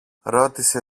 ρώτησε